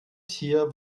tier